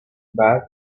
base